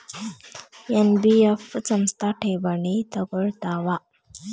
NBF ಸಂಸ್ಥಾ ಠೇವಣಿ ತಗೋಳ್ತಾವಾ?